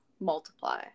multiply